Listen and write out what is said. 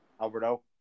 Alberto